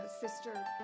Sister